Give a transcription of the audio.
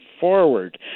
forward